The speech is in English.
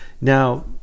now